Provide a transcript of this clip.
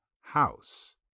house